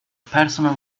personal